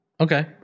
Okay